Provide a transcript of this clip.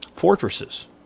Fortresses